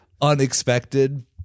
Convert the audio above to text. unexpected